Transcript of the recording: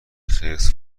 خرس